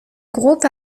groupe